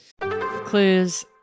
Clues